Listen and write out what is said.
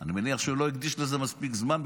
אני מניח שהוא לא הקדיש לזה מספיק זמן,